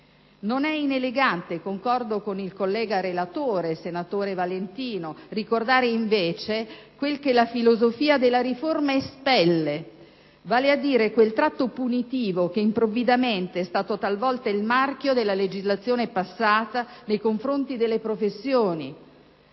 Non è inelegante - concordo con il collega relatore, senatore Valentino - ricordare invece quello che la filosofia della riforma espelle, vale a dire quel tratto punitivo che improvvidamente è stato talvolta il marchio della legislazione passata nei confronti delle professioni,